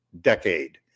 decade